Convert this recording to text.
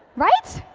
right?